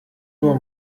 nur